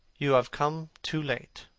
you have come too late.